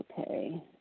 Okay